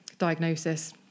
diagnosis